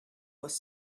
was